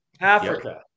Africa